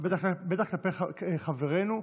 בטח כלפי חברינו.